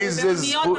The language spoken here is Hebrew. באמת.